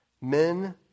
Men